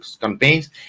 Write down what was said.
campaigns